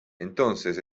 entonces